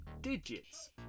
digits